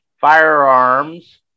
firearms